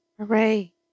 Hooray